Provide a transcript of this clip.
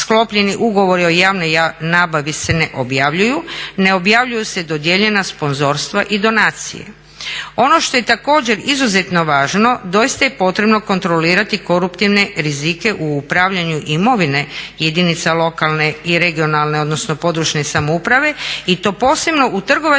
ugovori o javnoj nabavi se ne objavljuju, ne objavljuje se dodijeljena sponzorstva i donacije. Ono što je također izuzetno važno, doista je potrebno kontrolirati koruptivne rizike u upravljanju imovine jedinica lokalne i regionalne odnosno područne samouprave i to posebno u trgovačkim